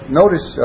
notice